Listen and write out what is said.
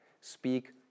Speak